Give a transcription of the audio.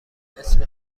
اسم